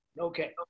Okay